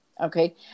okay